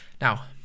Now